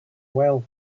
well